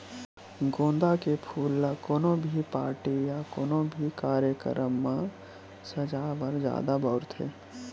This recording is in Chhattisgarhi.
गोंदा के फूल ल कोनो भी पारटी या कोनो भी कार्यकरम म सजाय बर जादा बउरथे